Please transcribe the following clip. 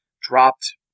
dropped